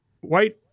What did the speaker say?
white